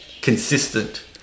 consistent